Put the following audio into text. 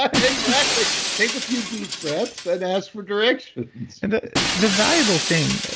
and exactly. take a few deep breaths and ask for directions the the valuable thing,